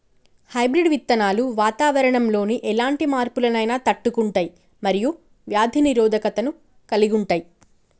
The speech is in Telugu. హైబ్రిడ్ విత్తనాలు వాతావరణంలోని ఎలాంటి మార్పులనైనా తట్టుకుంటయ్ మరియు వ్యాధి నిరోధకతను కలిగుంటయ్